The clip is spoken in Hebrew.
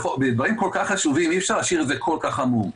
בדברים כל כך חשובים אי-אפשר להשאיר את זה כל כך עמום.